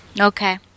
Okay